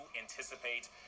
anticipate